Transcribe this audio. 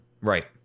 Right